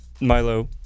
Milo